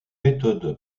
méthode